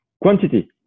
quantity